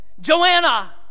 Joanna